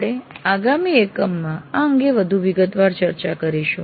આપણે આગામી એકમમાં આ અંગે વધુ વિગતવાર ચર્ચા કરીશું